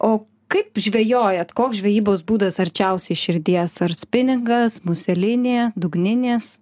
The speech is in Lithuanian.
o kaip žvejojat koks žvejybos būdas arčiausiai širdies ar spiningas muselinė dugninės